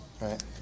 right